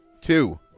two